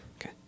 Okay